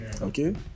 okay